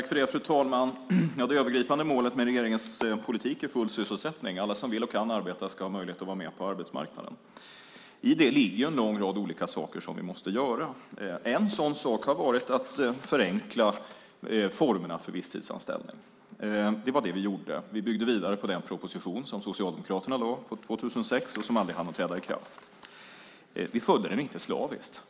Fru talman! Det övergripande målet med regeringens politik är full sysselsättning. Alla som vill och kan arbeta ska ha möjlighet att vara med på arbetsmarknaden. I det ligger en lång rad olika saker som vi måste göra. En sådan sak har varit att förenkla formerna för visstidsanställning. Det var det vi gjorde. Vi byggde vidare på den proposition som Socialdemokraterna lade fram år 2006 och som aldrig hann träda i kraft. Vi följde den inte slaviskt.